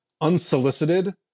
unsolicited